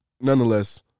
nonetheless